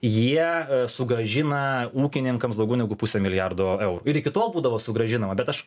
jie sugrąžina ūkininkams daugiau negu pusę milijardo eurų ir iki tol būdavo sugrąžinama bet aš